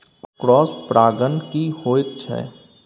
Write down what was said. Cross परागण की होयत छै?